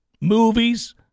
Movies